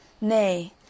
Nay